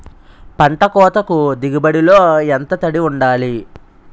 పంట కోతకు దిగుబడి లో ఎంత తడి వుండాలి?